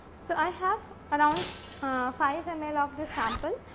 so, i have around five and ml of the sample,